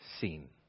seen